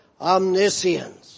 omniscience